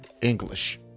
English